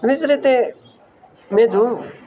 એ જ રીતે મેં જોયું